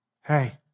Hey